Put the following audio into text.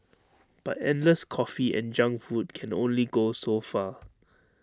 but endless coffee and junk food can only go so far